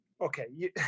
Okay